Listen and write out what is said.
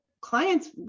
clients